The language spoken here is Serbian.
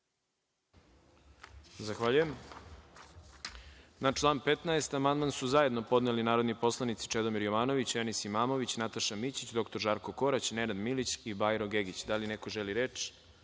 Zahvaljujem. Na član 15. amandman su zajedno podneli narodni poslanici Čedomir Jovanović, Enis Imamović, Nataša Mićić, dr Žarko Korać, Nenad Milić i Bajro Gegić. Da li neko želi reč?